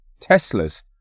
Teslas